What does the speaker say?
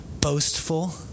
boastful